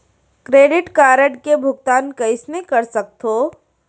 Credit card के भुगतान कईसने कर सकथो?